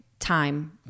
time